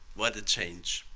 what a change.